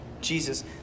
Jesus